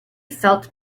felt